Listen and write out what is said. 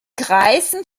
kreisen